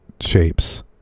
shapes